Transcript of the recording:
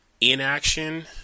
inaction